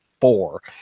four